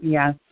Yes